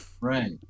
Right